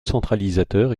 centralisateur